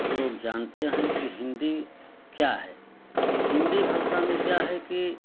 लोग जानते हैं कि हिंदी क्या है हिंदी भाषा में क्या है कि